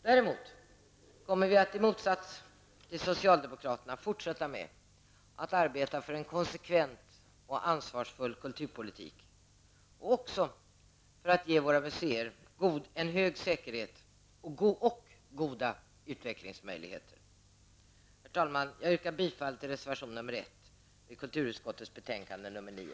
Däremot kommer vi i motsats till socialdemokraterna att fortsätta med att arbeta för en konsekvent och ansvarsfull kulturpolitik och också för att ge våra museer en hög säkerhet och goda utvecklingsmöjligheter. Herr talman! Jag yrkar bifall till reservation nr 1 vid kulturutskottets betänkande nr 9.